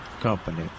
company